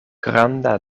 granda